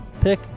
pick